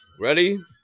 Ready